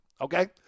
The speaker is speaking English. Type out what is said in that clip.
Okay